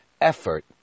effort